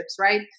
right